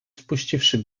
spuściwszy